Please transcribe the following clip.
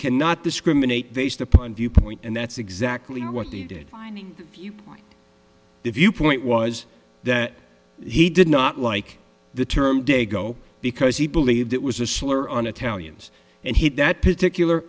cannot discriminate based upon viewpoint and that's exactly what they did find the viewpoint was that he did not like the term daigo because he believed it was a slur on italians and he that particular